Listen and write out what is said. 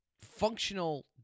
functional